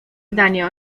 zdanie